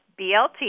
BLT